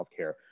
healthcare